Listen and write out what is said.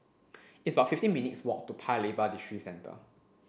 it's about fifteen minutes' walk to Paya Lebar Districentre